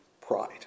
pride